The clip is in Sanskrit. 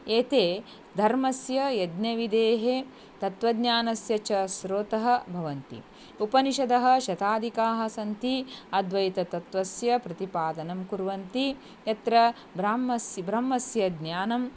एते धर्मस्य यज्ञविदेः तत्त्वज्ञानस्य च स्रोतः भवन्ति उपनिषदः शतादिकाः सन्ति अद्वैततत्वस्य प्रतिपादनं कुर्वन्ति यत्र ब्राह्मणः ब्रह्मणः ज्ञानं